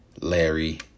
Larry